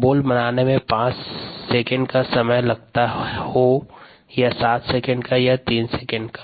bolt बनाने में 5 second का समय लगता हों या 7 सेकंड या या 3 सेकंड